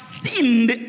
sinned